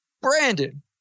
Brandon